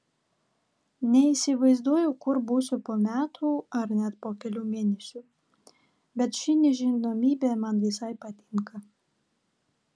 neįsivaizduoju kur būsiu po metų ar net po kelių mėnesių bet ši nežinomybė man visai patinka